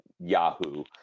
Yahoo